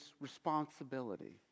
responsibility